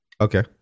Okay